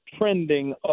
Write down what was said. trending